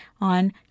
on